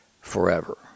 forever